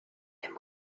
aime